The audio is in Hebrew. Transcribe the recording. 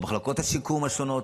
במחלקות השיקום השונות,